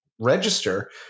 register